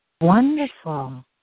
Wonderful